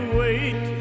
wait